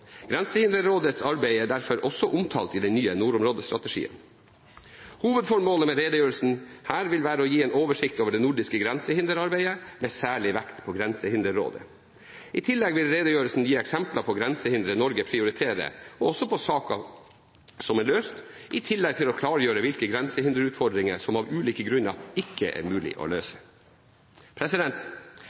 Grensehinderrådets arbeid er derfor også omtalt i den nye nordområdestrategien. Hovedformålet med denne redegjørelsen er å gi en oversikt over det nordiske grensehinderarbeidet, med særlig vekt på Grensehinderrådet. I tillegg vil redegjørelsen gi eksempler på grensehindre Norge prioriterer, og også på saker som er løst, i tillegg til å klargjøre hvilke grensehinderutfordringer det av ulike grunner ikke er mulig å løse.